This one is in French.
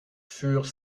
furent